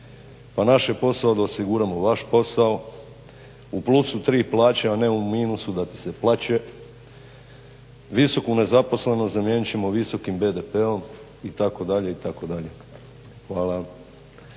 pa naš je posao da osiguramo vaš posao, u plusu tri plaće, a ne u minusu da ti se plače Visoku nezaposlenost zamijenit ćemo visokim BDP-om itd., itd. Hvala.